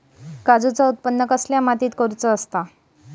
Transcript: काजूचा उत्त्पन कसल्या मातीत करुचा असता?